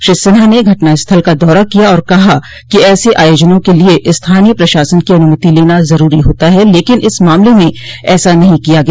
श्री सिन्हा ने घटनास्थल का दौरा किया और कहा कि ऐसे आयोजनों के लिए स्थानीय प्रशासन की अनुमति लेना जरूरी होता है लेकिन इस मामले में ऐसा नहीं किया गया